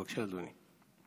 בבקשה, אדוני.